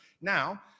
Now